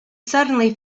suddenly